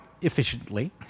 efficiently